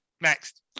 Next